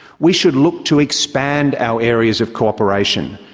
we should look to expand our areas of cooperation,